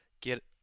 get